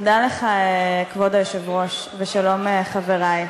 כבוד היושב-ראש, תודה לך, ושלום, חברי,